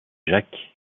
jacques